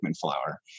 flower